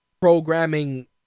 programming